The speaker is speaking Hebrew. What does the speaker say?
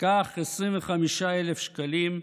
קח 25,000 שקלים,